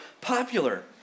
popular